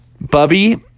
Bubby